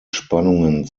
spannungen